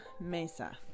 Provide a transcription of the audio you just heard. Mesa